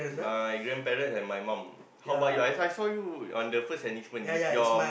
my grandparents and my mum how about you I I saw you on your first enlistment with your